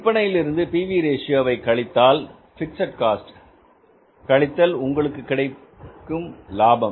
விற்பனையில் இருந்து P V ratio PV Ratioவை கழித்தால் பிக்ஸட் காஸ்ட் கழித்தல் உங்களுக்கு கிடைப்பது லாபம்